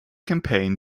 campaign